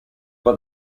but